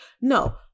No